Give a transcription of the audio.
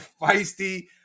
feisty